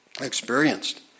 experienced